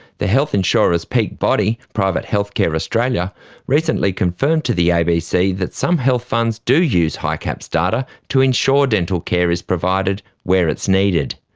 the health insurers' peak body private healthcare australia recently confirmed to the abc that some health funds do use hicaps data to ensure dental care is provided where it's needed.